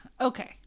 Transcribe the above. Okay